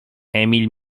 emil